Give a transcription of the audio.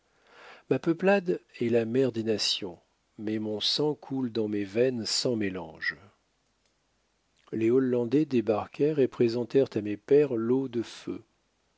ma peuplade est la mère des nations mais mon sang coule dans mes veines sans mélange les hollandais débarquèrent et présentèrent à mes pères l'eau de feu